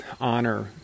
honor